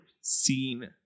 seen